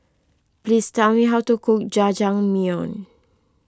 please tell me how to cook Jajangmyeon